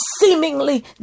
seemingly